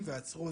אנחנו לא נשתוק.